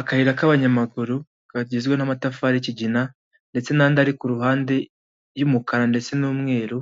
Akayira k'abanyamaguru kagizwe n'amatafari y'ikigina ndetse n'andi ari ku ruhande y'umukara ndetse n'umweru